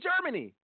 Germany